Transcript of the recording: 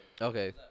Okay